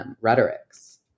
rhetorics